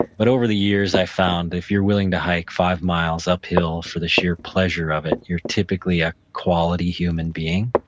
but over the years, i found that if you're willing to hike five miles uphill for the sheer pleasure of it, you're typically a quality human being.